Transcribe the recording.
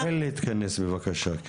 תתחיל להתכנס בבקשה.